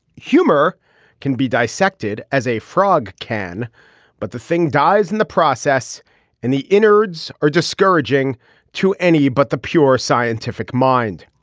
humor can be dissected as a frog can but the thing dies in the process and the innards are discouraging to any but the pure scientific mind.